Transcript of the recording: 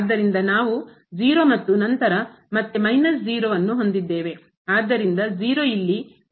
ಆದ್ದರಿಂದನಾವು 0 ಮತ್ತು ನಂತರ ಮತ್ತೆ ಮೈನಸ್ 0 ಸೊನ್ನೆ ಯನ್ನುಹೊಂದಿದ್ದೇವೆ